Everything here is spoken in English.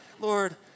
Lord